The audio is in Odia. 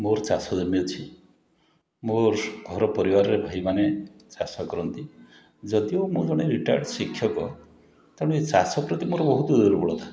ମୋର ଚାଷଜମି ଅଛି ମୋର ଘର ପରିବାରରେ ଭାଇମାନେ ଚାଷକରନ୍ତି ଯଦିଓ ମୁଁ ଜଣେ ରିଟାୟାର୍ଡ଼ ଶିକ୍ଷକ ତେଣୁ ଏ ଚାଷପ୍ରତି ମୋର ବହୁତ ଦୁର୍ବଳତା